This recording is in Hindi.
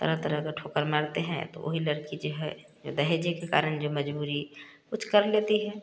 तरह तरह को ठोकर मारते हैं तो वही लड़की जे है दहेज के कारण ये मज़बूरी कुछ कर लेती है